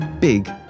big